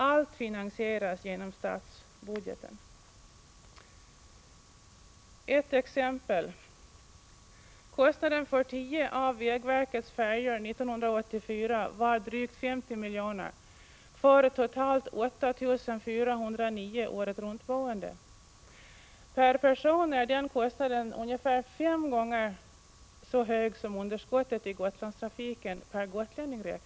Allt finansieras genom statsbudgeten. Jag skall ta ett exempel. Kostnaden för tio av vägverkets färjor 1984 var drygt 50 miljoner för totalt 8 409 åretruntboende. Per person är den kostnaden ca fem gånger så hög som underskottet i Gotlandstrafiken per gotlänning räknat.